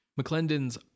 McClendon's